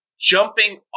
jumping